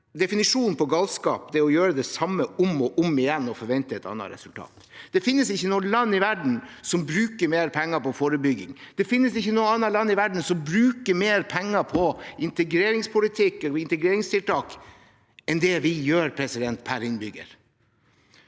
definisjonen på galskap er å gjøre det samme om og om igjen og forvente et annet resultat. Det finnes ikke noe land i verden som bruker mer penger på forebygging. Det finnes ikke noe annet land i verden som bruker mer penger på integreringspolitikk og integreringstiltak enn det vi gjør per innbygger,